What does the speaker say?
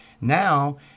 Now